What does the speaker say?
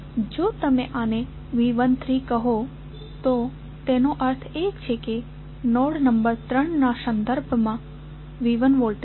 જો તમે આને V13 કહો તો તેનો અર્થ એ કે નોડ નંબર 3 ના સંદર્ભમાં V1 વોલ્ટેજ